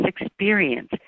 experience